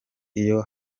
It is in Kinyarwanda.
iyo